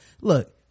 look